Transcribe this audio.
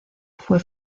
fue